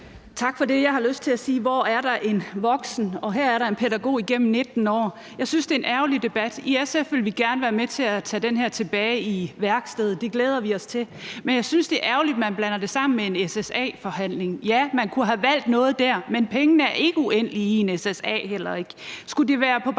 Andersen (SF): Tak for det. Jeg har lyst til at spørge: Hvor er der en voksen? Her er der en pædagog igennem 19 år, og jeg synes, det er en ærgerlig debat. I SF vil vi gerne være med til at tage det her tilbage i værkstedet, og det glæder vi os til. Men jeg synes, det er ærgerligt, at man blander det sammen med en SSA-forhandling. Ja, man kunne have valgt noget der, men pengene er heller ikke uendelige i en SSA. Skulle det være på baggrund